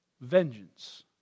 vengeance